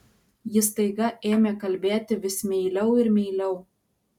ji staiga ėmė kalbėti vis meiliau ir meiliau